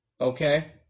okay